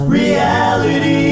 reality